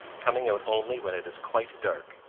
coming out only when it is quite dark.